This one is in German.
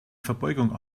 verbeugung